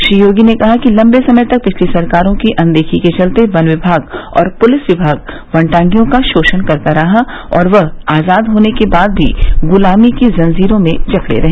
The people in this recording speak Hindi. श्री योगी ने कहा कि लंबे समय तक पिछली सरकारों की अनदेखी के चलते वन विभाग और पुलिस विभाग वनटांगियों का शोषण करता रहा और वह आजाद होने के बाद भी गुलामी की जंजीरों में भी जकड़े रहे